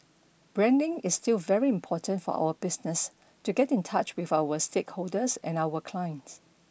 branding is still very important for our business to get in touch with our stakeholders and our clients